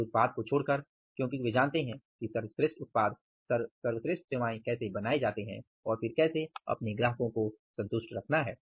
उनके उत्पाद को छोड़कर क्योकि वे जानते हैं कि सर्वश्रेष्ठ उत्पाद सर्वश्रेष्ठ सेवाएँ कैसे बनाए जाते हैं और फिर कैसे अपने ग्राहकों को संतुष्ट रखना है